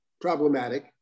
problematic